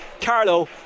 Carlo